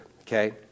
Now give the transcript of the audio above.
Okay